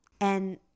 And-